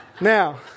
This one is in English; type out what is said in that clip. Now